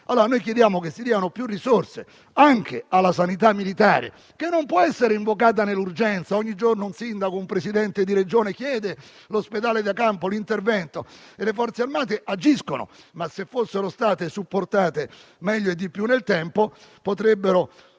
civile. Noi chiediamo che vengano stanziate più risorse per la sanità militare, che non può essere invocata nell'urgenza. Ogni giorno un sindaco o un Presidente di Regione chiede l'ospedale da campo e l'intervento delle Forze armate, che agiscono; ma, se fossero state supportate meglio e di più nel tempo, potrebbero